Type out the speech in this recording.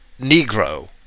Negro